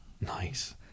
Nice